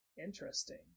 Interesting